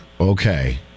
okay